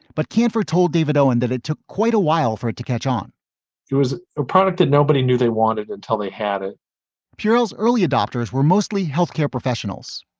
but kanfer told david owen that it took quite a while for it to catch on it was a product that nobody knew they wanted until they had it pure ales. early adopters were mostly healthcare professionals.